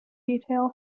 detail